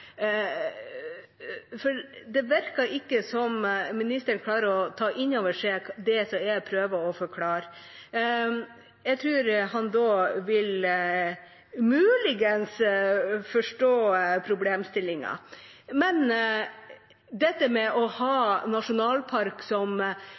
For det virker ikke som ministeren klarer å ta inn over seg det jeg prøver å forklare. Jeg tror han da muligens vil forstå